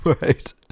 right